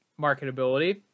marketability